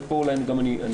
ופה אולי גם אסיים.